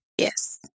Yes